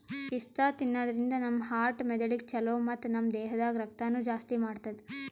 ಪಿಸ್ತಾ ತಿನ್ನಾದ್ರಿನ್ದ ನಮ್ ಹಾರ್ಟ್ ಮೆದಳಿಗ್ ಛಲೋ ಮತ್ತ್ ನಮ್ ದೇಹದಾಗ್ ರಕ್ತನೂ ಜಾಸ್ತಿ ಮಾಡ್ತದ್